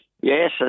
Yes